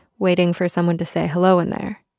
waiting for someone to say, hello in there?